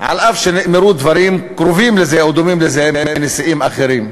אף שנאמרו דברים קרובים לזה או דומים לזה מנשיאים אחרים.